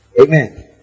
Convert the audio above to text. Amen